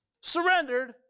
surrendered